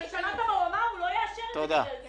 שמעת, הוא אמר, הוא לא יאשר בגלל זה.